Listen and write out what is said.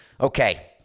okay